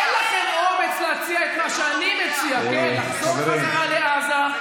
אין לכם אומץ להציע את מה שאני מציע: לחזור חזרה לעזה,